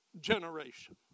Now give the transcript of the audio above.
generation